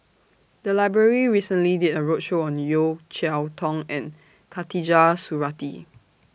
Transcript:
The Library recently did A roadshow on Yeo Cheow Tong and Khatijah Surattee